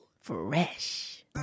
Fresh